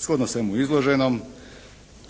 Shodno svemu izloženom